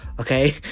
Okay